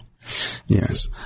Yes